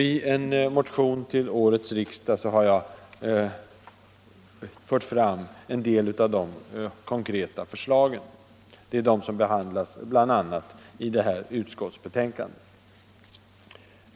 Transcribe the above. I en motion till årets riksmöte har jag fört fram en del av de konkreta förslagen, och de behandlas bl.a. i det här utskottsbetänkandet.